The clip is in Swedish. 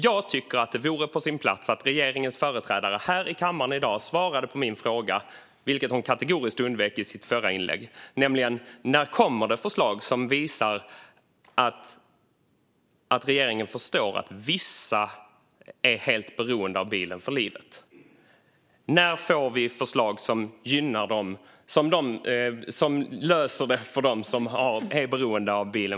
Jag tycker att det vore på sin plats att regeringens företrädare i kammaren i dag svarar på min fråga, vilket hon kategoriskt undvek i sitt förra inlägg: När kommer det förslag som visar att regeringen förstår att vissa är beroende av bilen för att livet ska fungera? När får vi förslag som löser detta för dem som är beroende av bilen?